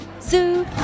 Zoo